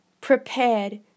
prepared